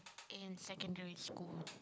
in secondary school